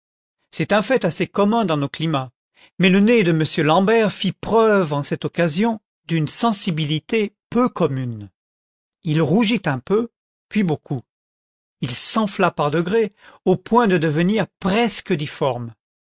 c'est un fait assez commun dans nos climats mais le nez de m l'am bert fit preuve en cette occasion d'une sensibilité peu commune il rougit un peu puis beaucoup il s'enfla par degrés au point de devenir presque difforme